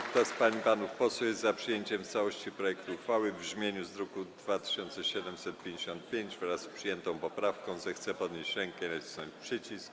Kto z pań i panów posłów jest za przyjęciem w całości projektu uchwały w brzmieniu z druku nr 2755, wraz z przyjętą poprawką, zechce podnieść rękę i nacisnąć przycisk.